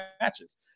matches